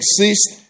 exist